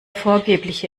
vorgebliche